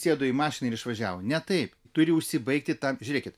sėdo į mašiną ir išvažiavo ne taip turi užsibaigti tą žiūrėkit